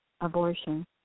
abortion